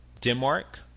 Denmark